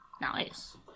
Nice